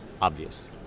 obvious